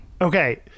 Okay